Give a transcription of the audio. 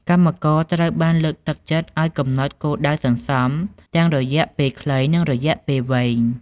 កម្មករត្រូវបានលើកទឹកចិត្តឲ្យកំណត់គោលដៅសន្សំទាំងរយៈពេលខ្លី និងរយៈពេលវែង។